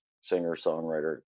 singer-songwriter